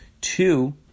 Two